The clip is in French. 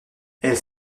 elle